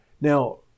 Now